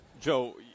Joe